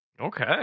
Okay